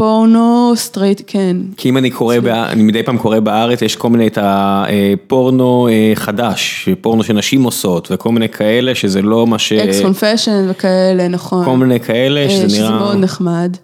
פורנו סטרייט כן כי אם אני קורא בה אני מדי פעם קורא בארץ יש כל מיני את הפורנו חדש פורנו שנשים עושות וכל מיני כאלה שזה לא מה שכאלה נכון כאלה נחמד.